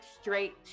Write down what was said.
straight